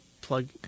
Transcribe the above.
plug